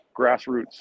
grassroots